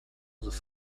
its